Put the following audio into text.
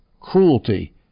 cruelty